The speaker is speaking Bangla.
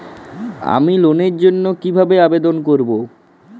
আমি লোনের জন্য কিভাবে আবেদন করব?